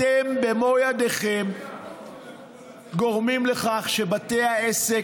אתם במו ידיכם גורמים לכך שבתי העסק